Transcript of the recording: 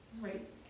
right